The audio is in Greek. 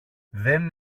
δεν